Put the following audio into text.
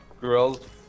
girls